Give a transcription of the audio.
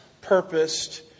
purposed